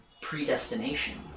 predestination